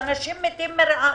אנשים מתים מרעב.